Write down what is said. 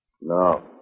No